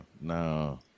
No